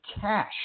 cash